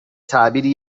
تعبیری